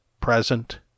present